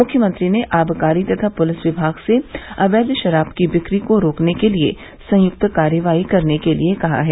मुख्यमंत्री ने आबकारी तथा पुलिस विभाग से अवैध शराब की बिक्री को रोकने के लिए संयुक्त कार्रवाई करने के लिए कहा है